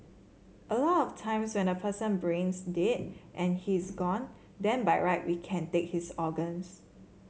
a lot of times when the person brains dead and he's gone then by right we can take his organs